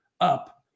up